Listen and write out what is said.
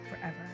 forever